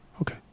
okay